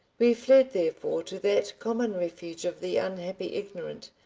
we fled therefore to that common refuge of the unhappy ignorant,